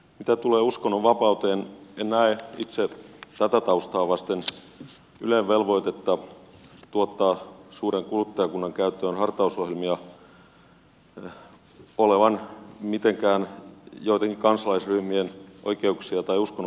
mitä tulee uskonnonvapauteen en näe itse tätä taustaa vasten ylen velvoitteen tuottaa suuren kuluttajakunnan käyttöön hartausohjelmia olevan mitenkään joittenkin kansalaisryhmien oikeuksia tai uskonnonvapautta loukkaavaa